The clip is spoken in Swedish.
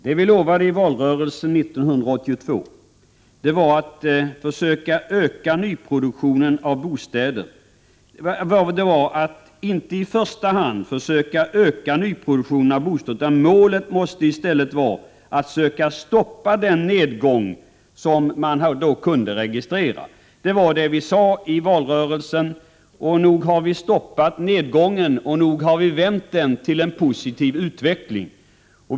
Herr talman! Det vi lovade i valrörelsen 1982 var inte i första hand att öka nyproduktionen av bostäder. Målet måste i stället vara att söka stoppa den nedgång som man då kunde registrera. Det var vad vi sade i valrörelsen, och nog har vi stoppat nedgången, nog har vi vänt den till en positiv utveckling.